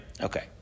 Okay